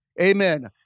Amen